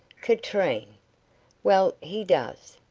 katrine! well, he does.